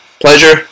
pleasure